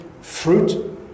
fruit